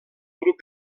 grup